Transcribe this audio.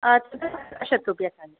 तस्य दश रूप्यकाणि